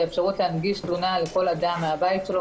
אפשרות להנגיש תלונה לכל אדם מהבית שלו,